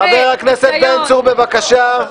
חבר הכנסת בן צור, בבקשה.